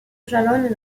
jalonnent